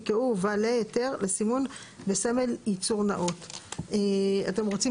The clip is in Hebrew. יקראו "ובעלי היתר לסימון בסמל ייצור נאות"; אתם רוצים